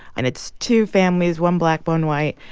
and it's two families one black, one white.